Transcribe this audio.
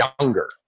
younger